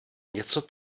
něco